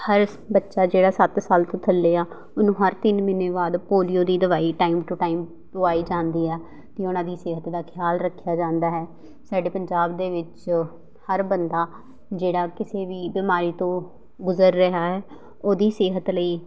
ਹਰ ਬੱਚਾ ਜਿਹੜਾ ਸੱਤ ਸਾਲ ਤੋਂ ਥੱਲੇ ਆ ਉਹਨੂੰ ਹਰ ਤਿੰਨ ਮਹੀਨੇ ਬਾਅਦ ਪੋਲੀਓ ਦੀ ਦਵਾਈ ਟਾਈਮ ਟੂ ਟਾਈਮ ਦੁਆਈ ਜਾਂਦੀ ਆ ਅਤੇ ਉਹਨਾਂ ਦੀ ਸਿਹਤ ਦਾ ਖਿਆਲ ਰੱਖਿਆ ਜਾਂਦਾ ਹੈ ਸਾਡੇ ਪੰਜਾਬ ਦੇ ਵਿੱਚ ਹਰ ਬੰਦਾ ਜਿਹੜਾ ਕਿਸੇ ਵੀ ਬਿਮਾਰੀ ਤੋਂ ਗੁਜ਼ਰ ਰਿਹਾ ਹੈ ਉਹਦੀ ਸਿਹਤ ਲਈ